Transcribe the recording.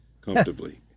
Comfortably